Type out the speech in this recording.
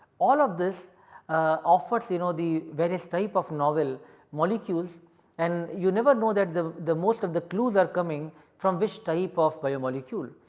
all of this offers you know the various type of novel molecules and you never know that the the most of the clues are coming from which type of biomolecule.